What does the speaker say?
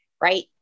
right